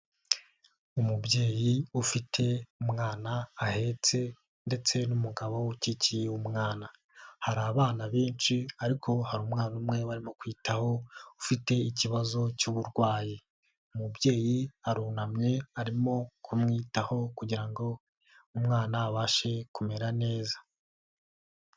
Umubyeyi ufite umwana ahetse ndetse n'umugabo ukikiye umwana, hari abana benshi ariko hari umwana umwe barimo kwitaho ufite ikibazo cy'uburwayi, umubyeyi arunamye arimo kumwitaho kugira ngo umwana abashe kumera neza.